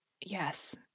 Yes